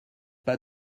pas